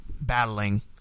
battling